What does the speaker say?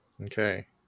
Okay